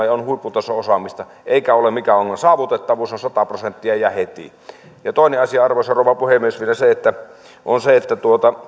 ja on huipputason osaamista eikä ole mikään ongelma saavutettavuus on sata prosenttia ja heti toinen asia arvoisa rouva puhemies vielä on se että